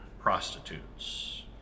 prostitutes